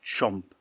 chomp